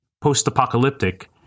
post-apocalyptic